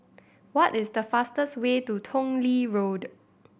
what is the fastest way to Tong Lee Road